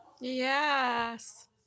yes